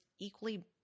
equally